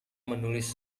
menulis